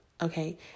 Okay